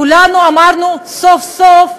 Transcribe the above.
כולנו אמרנו: סוף-סוף,